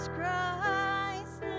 Christ